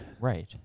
Right